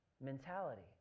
mentality